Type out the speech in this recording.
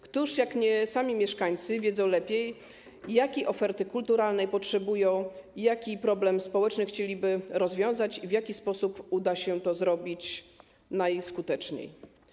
Któż jak nie sami mieszkańcy wie lepiej, jakiej oferty kulturalnej potrzebują, jaki problem społeczny chcieliby rozwiązać i w jaki sposób uda się to zrobić najskuteczniej?